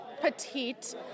petite